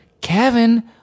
Kevin